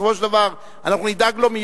בסופו של דבר אנחנו נדאג לו,